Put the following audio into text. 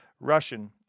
Russian